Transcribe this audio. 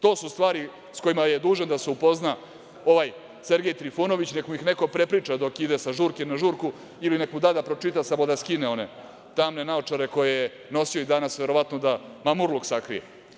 To su stvari s kojima je dužan da se upozna ovaj Sergej Trifunović, neka mu ih neko prepriča dok ide sa žurke na žuru ili neka mu da da pročita, samo da skine one tamne naočare koje je nosio i danas verovatno da mamurluk sakrije.